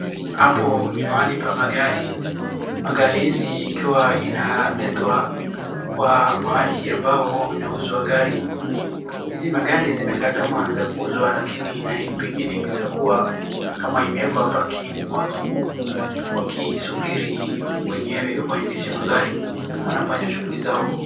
Hapo ni mahali pa magari. Magari hizi ikiwa inaletwa kwa mahali ambao inauzwa gari. Hizi magari zina kaa kama za kuuzwa lakini pengine inaeza kuwa kama imwekwa hapa watu wakisubiri wenyewe waendeshe magari, wanafanya shughuli zao.